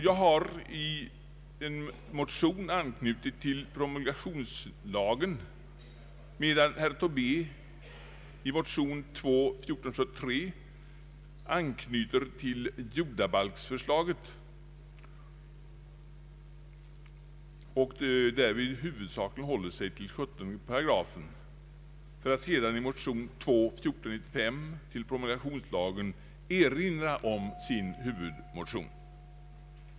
Jag har i en motion anknutit till promulgationslagen, medan herr Tobé i motion II: 1473 anknutit till jordabalksförslaget och därvid i huvudsak hållit sig till 17 § för att sedan i motion II: 1493 till promulgationslagen erinra om sin huvudmotion.